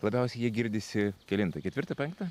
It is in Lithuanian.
labiausiai jie girdisi kelintą ketvirtą penktą